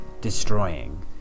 destroying